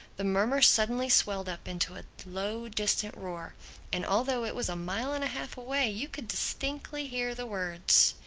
the murmur suddenly swelled up into a low distant roar and although it was a mile and half away you could distinctly hear the words,